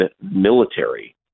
military